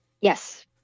yes